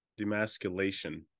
Demasculation